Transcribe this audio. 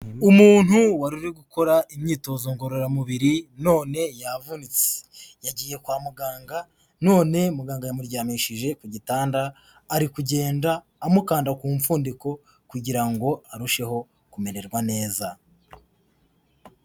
Umuntu wari uri gukora imyitozo ngororamubiri none yavunitse, yagiye kwa muganga none muganga yamuryamishije ku gitanda, ari kugenda amukanda ku mfundiko kugira ngo arusheho kumererwa neza.